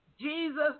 Jesus